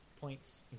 points